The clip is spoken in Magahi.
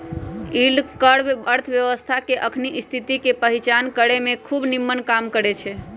यील्ड कर्व अर्थव्यवस्था के अखनी स्थिति के पहीचान करेमें खूब निम्मन काम करै छै